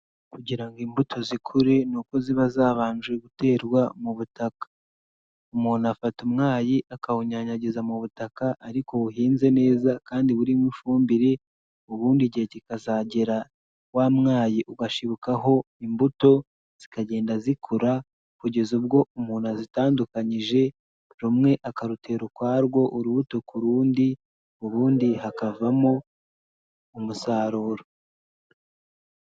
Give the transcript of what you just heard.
Kugira ngo imbuto zikure ni uko ziba zabanje guterwa mu butaka, umuntu afata umwayi akawunyanyagiza mu butaka ariko buhinze neza kandi burimo ifumbire, ubundi igihe kikazagera wamwayi ugashibukaho imbuto zikagenda zikura kugeza ubwo umuntu azitandukanyije rumwe akarutera ukwarwo urubuto ku rundi ubundi hakavamo umusaruro.